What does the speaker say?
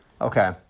Okay